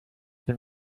been